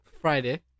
Friday